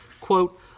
quote